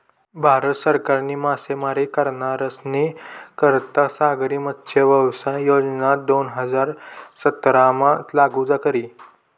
भारत सरकारनी मासेमारी करनारस्नी करता सागरी मत्स्यव्यवसाय योजना दोन हजार सतरामा लागू करी